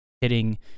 hitting